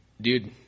Dude